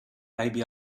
maybe